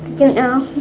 don't know